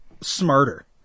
smarter